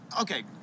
Okay